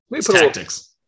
tactics